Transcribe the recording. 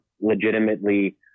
legitimately